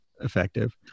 effective